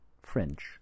French